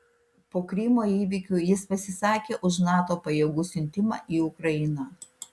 po krymo įvykių jis pasisakė už nato pajėgų siuntimą į ukrainą